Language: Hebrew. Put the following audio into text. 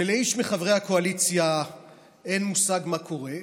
ולאיש מחברי הקואליציה אין מושג מה קורה.